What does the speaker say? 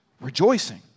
rejoicing